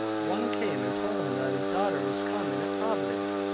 one came and told him that his daughter was come in at providence.